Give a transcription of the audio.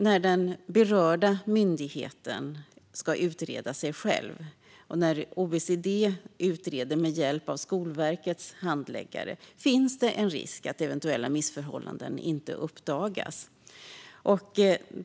När den berörda myndigheten ska utreda sig själv och när OECD utreder med hjälp av Skolverkets handläggare finns det risk att eventuella missförhållanden inte uppdagas.